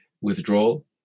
withdrawal